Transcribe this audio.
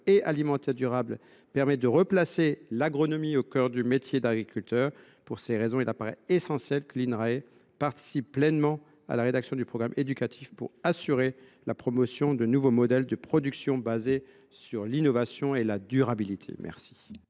et alimentaires durables permettent de replacer l’agronomie au cœur du métier d’agriculteur. Pour ces raisons, il apparaît essentiel que l’Inrae participe pleinement à la rédaction de ce programme éducatif et contribue à assurer la promotion de nouveaux modèles de production fondés sur l’innovation et la durabilité. Quel